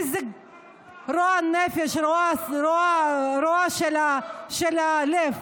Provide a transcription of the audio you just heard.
איזה רוע נפש, רוע של הלב.